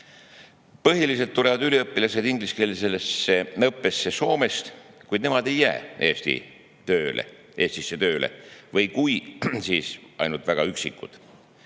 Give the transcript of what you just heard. Põhiliselt tulevad üliõpilased ingliskeelsesse õppesse Soomest, kuid nemad ei jää Eestisse tööle või kui jäävad, siis ainult väga üksikud.